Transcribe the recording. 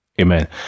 amen